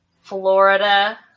Florida